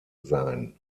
sein